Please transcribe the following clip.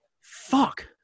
Fuck